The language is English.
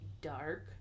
dark